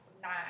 nine